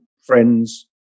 friends